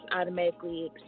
automatically